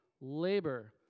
labor